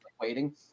waiting